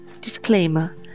Disclaimer